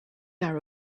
are